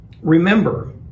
Remember